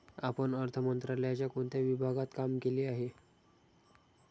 आपण अर्थ मंत्रालयाच्या कोणत्या विभागात काम केले आहे?